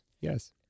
yes